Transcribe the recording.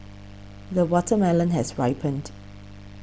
the watermelon has ripened